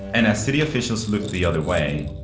and as city officials looked the other way,